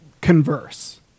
converse